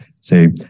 say